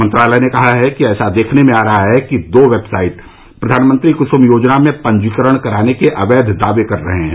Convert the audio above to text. मंत्रालय ने कहा है कि ऐसा देखने में आ रहा है कि दो वेबसाइट प्रधानमंत्री कुसुम योजना में पंजीकरण कराने के अवैध दावे कर रही हैं